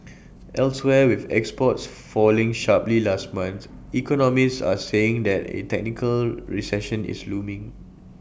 elsewhere with exports falling sharply last month economists are saying that A technical recession is looming